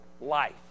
life